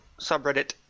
subreddit